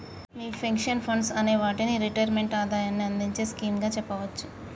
మీ pension funds అనే వాటిని retirement ఆదాయాన్ని అందించే స్కీమ్ గా చెప్పవచ్చు